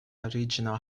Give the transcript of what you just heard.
original